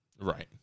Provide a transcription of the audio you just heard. Right